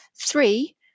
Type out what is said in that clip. Three